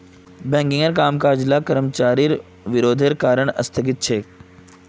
बैंकिंगेर कामकाज ला कर्मचारिर विरोधेर कारण स्थगित छेक